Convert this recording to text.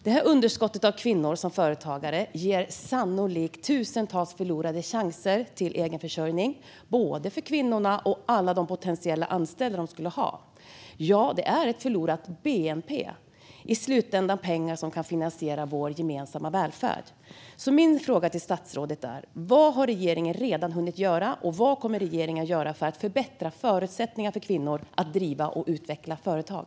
Detta underskott av kvinnor som företagare innebär sannolikt tusentals förlorade chanser till egenförsörjning, både för kvinnorna och för alla de anställda de potentiellt skulle ha. Ja, det är förlorat bnp - i slutändan pengar som kan finansiera vår gemensamma välfärd. Min fråga till statsrådet är därför: Vad har regeringen redan hunnit göra och vad kommer regeringen att göra för att förbättra förutsättningarna för kvinnor att driva och utveckla företag?